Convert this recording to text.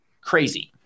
Crazy